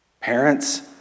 Parents